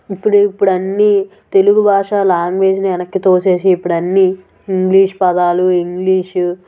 ఇప్పుడు ఇప్పుడు అన్నీ తెలుగు భాష లాంగ్వేజ్ని వెనక్కి తోసేసి ఇప్పుడు అన్నీ ఇంగ్లీష్ పదాలు ఇంగ్లీషు